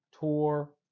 tour